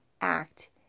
act